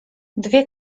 dwie